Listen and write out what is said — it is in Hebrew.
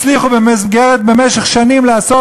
הצליחו במשך שנים לעשות,